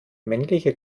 männliche